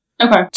okay